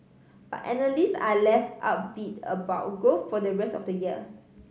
but analysts are less upbeat about growth for the rest of the year